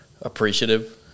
appreciative